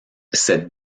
cette